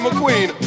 McQueen